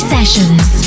Sessions